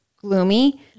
gloomy